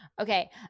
Okay